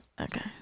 Okay